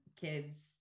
kids